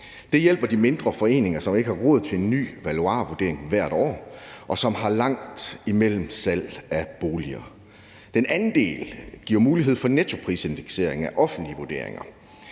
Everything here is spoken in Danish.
Det hjælper de mindre foreninger, som ikke har råd til en ny valuarvurdering hvert år, og som har langt imellem salg af boliger. Den anden del giver mulighed for nettoprisindeksering af offentlige vurderinger,